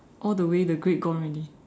all the way the grade gone already